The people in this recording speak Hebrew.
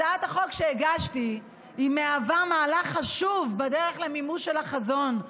הצעת החוק שהגשתי מהווה מהלך חשוב בדרך למימוש של החזון.